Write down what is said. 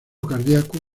cardíaco